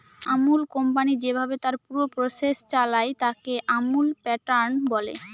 Amul company যেভাবে তার পুরো প্রসেস চালায়, তাকে আমুল প্যাটার্ন বলে